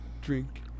drink